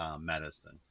medicine